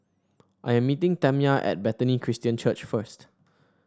I am meeting Tamya at Bethany Christian Church first